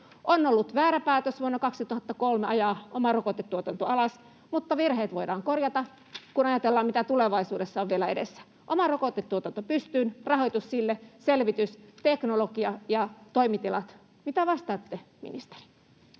On ollut väärä päätös vuonna 2003 ajaa oma rokotetuotanto alas, mutta virheet voidaan korjata, kun ajatellaan, mitä tulevaisuudessa on vielä edessä. Oma rokotetuotanto pystyyn, rahoitus sille, selvitys, teknologia ja toimitilat — mitä vastaatte, ministeri?